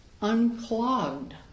unclogged